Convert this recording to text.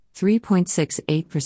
3.68%